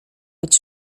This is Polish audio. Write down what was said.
być